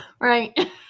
Right